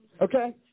Okay